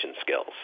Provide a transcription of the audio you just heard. skills